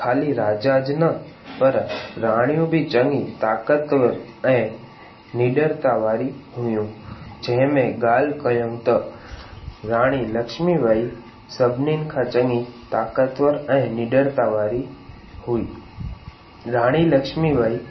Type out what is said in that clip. खाली राजाज न पर राणियूं बि चङी ताकतवर ऐं निडरता वारी हुयूं जंहिं में ॻाल्हि कयूं त राणी लक्ष्मीबाई सभिनीनि खां चङी ताकतवर ऐं निडरता वारी हुई राणी लक्ष्मीबाई